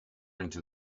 into